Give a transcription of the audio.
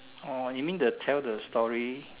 orh you mean the tell the story